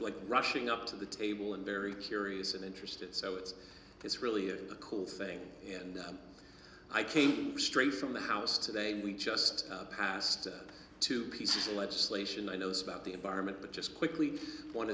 like rushing up to the table and very curious and interested so it's this really is a cool thing and i came straight from the house today we just passed two pieces of legislation i knows about the environment but just quickly one